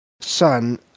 son